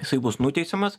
jisai bus nuteisiamas